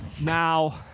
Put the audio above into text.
now